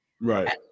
Right